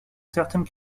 certaines